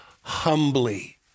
humbly